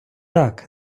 так